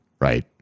right